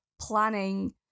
planning